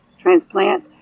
transplant